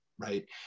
Right